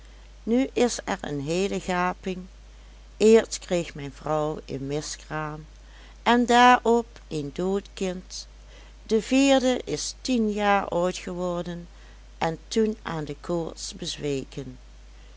nu is er een heele gaping eerst kreeg mijn vrouw een miskraam en daarop een dood kind de vierde is tien jaar oud geworden en toen aan de koorts bezweken